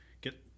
get